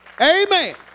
Amen